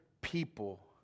people